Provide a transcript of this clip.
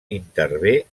intervé